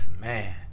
man